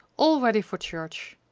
all ready for church.